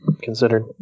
considered